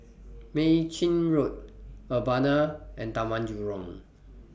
Mei Chin Road Urbana and Taman Jurong